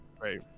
Right